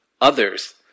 others